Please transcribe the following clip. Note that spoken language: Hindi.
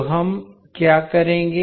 तो हम क्या करेंगे